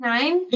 Nine